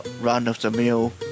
run-of-the-mill